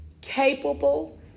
capable